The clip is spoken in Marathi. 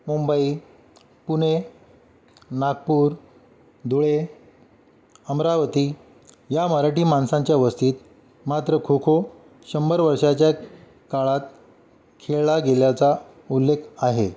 मुंबई पुणे नागपूर धुळे अमरावती या मराठी माणसांच्या व्यवस्थित मात्र खोखो शंभर वर्षाच्या काळात खेळला गेल्याचा उल्लेख आहे